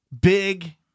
Big